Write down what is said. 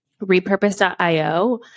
repurpose.io